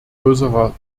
größerer